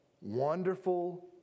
Wonderful